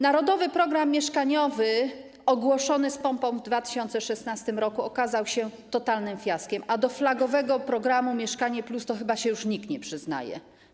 Narodowy Program Mieszkaniowy ogłoszony z pompą w 2016 r. okazał się totalnym fiaskiem, a do flagowego programu ˝Mieszkanie+˝ to chyba się już nikt nie przyznaje.